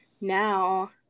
now